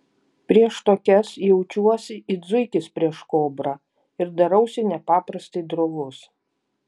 prieš tokias jaučiuosi it zuikis prieš kobrą ir darausi nepaprastai drovus